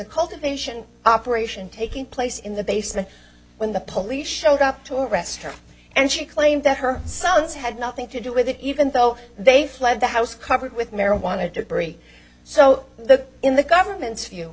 cultivation operation taking place in the basement when the police showed up to arrest her and she claimed that her sons had nothing to do with it even though they fled the house covered with marijuana debris so the in the government's view